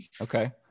Okay